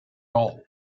all